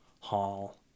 hall